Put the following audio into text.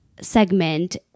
segment